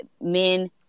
men